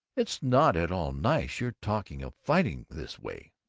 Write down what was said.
it's not at all nice, your talking of fighting this way!